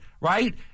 right